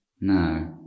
No